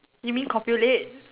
you mean copulate